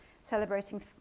celebrating